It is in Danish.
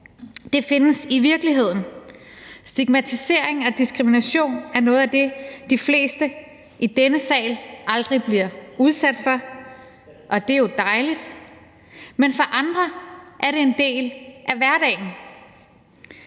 findes i virkeligheden. Stigmatisering og diskrimination er noget af det, de fleste i denne sal aldrig bliver udsat for, og det er jo dejligt, men for andre er det en del af hverdagen.